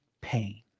pain